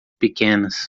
pequenas